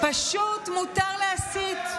פשוט מותר להסית,